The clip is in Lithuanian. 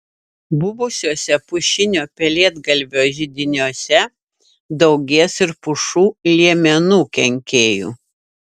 buvusiuose pušinio pelėdgalvio židiniuose daugės ir pušų liemenų kenkėjų